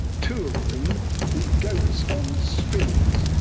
two of them. with goats on strings.